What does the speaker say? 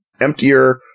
emptier